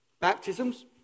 Baptisms